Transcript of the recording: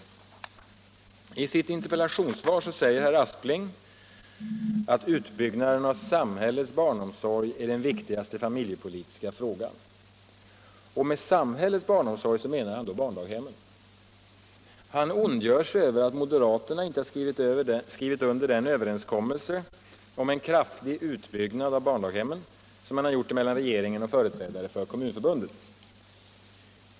I sitt interpellationssvar säger herr Aspling att utbyggnaden av samhällets barnomsorg är den viktigaste familjepolitiska frågan. Och med ”samhällets barnomsorg” menar han då barndaghemmen. Han ondgör sig över att moderaterna inte har skrivit under den överenskommelse om en kraftig utbyggnad av barndaghemmen som träffats mellan regeringen och företrädare för Kommunförbundet.